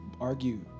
argue